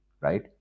right